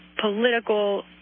political